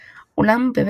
בחמת גדר,